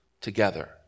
together